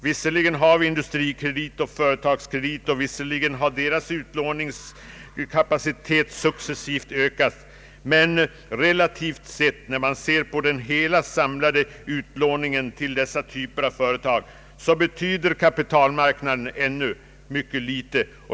Visserligen har vi Industrikredit och Företagskredit, vilkas utlåningskapacitet successivt har ökat, men ser man på den samlade utlåningen till dessa typer av företag betyder den delen av kreditmarknaden förhållandevis litet.